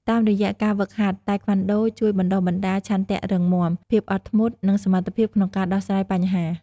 តាមរយៈការហ្វឹកហាត់ តៃក្វាន់ដូជួយបណ្តុះបណ្តាលឆន្ទៈរឹងមាំ ភាពអត់ធ្មត់ និងសមត្ថភាពក្នុងការដោះស្រាយបញ្ហា។